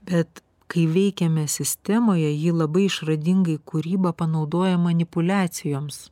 bet kai veikiame sistemoje ji labai išradingai kūrybą panaudoja manipuliacijoms